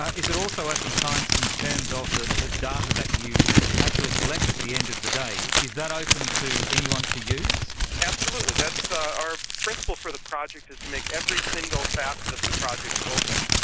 is it also open science in terms of the the data that you actually collect at the end of the day? is that open to anyone to use? absolutely. that's ah our principle for the project is to make every single facet of the project open.